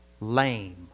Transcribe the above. lame